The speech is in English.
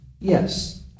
yes